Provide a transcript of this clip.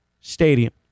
stadium